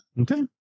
Okay